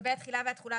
לגבי התחילה והתחולה,